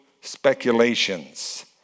speculations